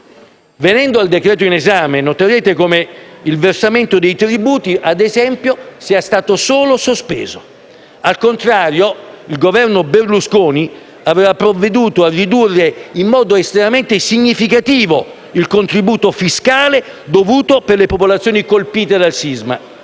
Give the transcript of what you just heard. Venendo al decreto-legge in esame, noterete come il versamento dei tributi - ad esempio - sia stato solo sospeso. Al contrario, il Governo Berlusconi aveva provveduto a ridurre in modo estremamente significativo il contributo fiscale dovuto per le popolazioni colpite dal sisma.